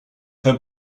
her